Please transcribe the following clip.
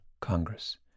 Congress